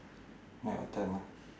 night what time ah